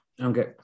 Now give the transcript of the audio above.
Okay